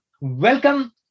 welcome